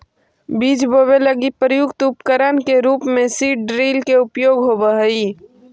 बीज बोवे लगी प्रयुक्त उपकरण के रूप में सीड ड्रिल के उपयोग होवऽ हई